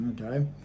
okay